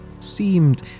seemed